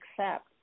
accept